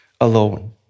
alone